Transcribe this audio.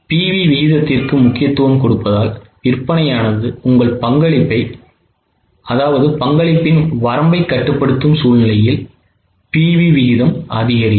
PV விகிதத்திற்கு முக்கியத்துவம் கொடுப்பதால் விற்பனையானது உங்கள் பங்களிப்பு வரம்பைக் கட்டுப்படுத்தும் சூழ்நிலையில் PV விகிதம் அதிகரிக்கும்